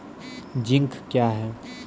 Zinc क्या हैं?